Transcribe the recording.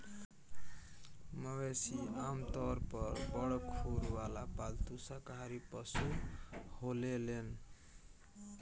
मवेशी आमतौर पर बड़ खुर वाला पालतू शाकाहारी पशु होलेलेन